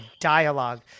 dialogue